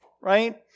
right